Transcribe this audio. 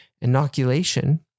Inoculation